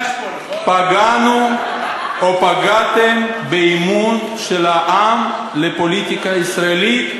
פגענו או פגעתם באמון של העם בפוליטיקה הישראלית,